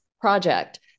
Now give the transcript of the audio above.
project